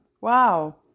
Wow